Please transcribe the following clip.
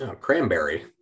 Cranberry